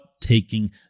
taking